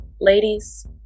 ladies